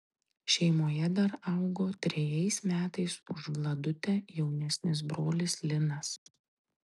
šeimoje dar augo trejais metais už vladutę jaunesnis brolis linas